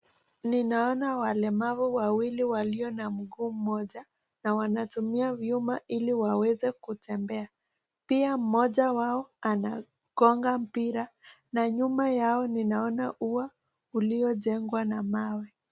Ninaona walemavu wawili walio na mguu mmoja na wanatumia vyuma ili waweze kutembea. Pia mmoja wao anagonga mpira na nyuma yao ninaona ua uliojengwa na mawe.